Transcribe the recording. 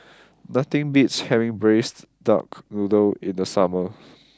nothing beats having Braised Duck Noodle in the summer